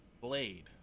Blade